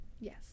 yes